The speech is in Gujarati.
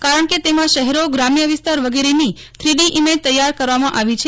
કારણકે તેમાં શહેરોગ્રામ્ય વિસ્તાર વગેરેની થ્રી ડી ઈમેજ તૈયાર કરવામાં આવી છે